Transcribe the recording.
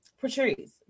Patrice